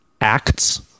acts